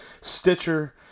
Stitcher